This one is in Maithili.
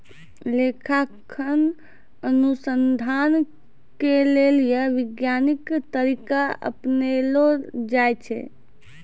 लेखांकन अनुसन्धान के लेली वैज्ञानिक तरीका अपनैलो जाय छै